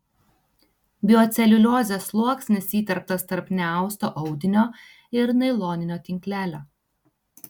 bioceliuliozės sluoksnis įterptas tarp neausto audinio ir nailoninio tinklelio